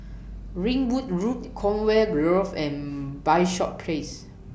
Ringwood Road Conway Grove and Bishops Place